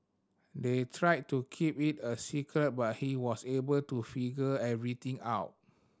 they tried to keep it a secret but he was able to figure everything out